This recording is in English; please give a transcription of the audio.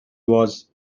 was